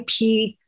IP